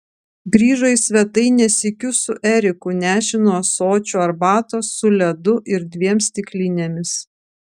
grįžo į svetainę sykiu su eriku nešinu ąsočiu arbatos su ledu ir dviem stiklinėmis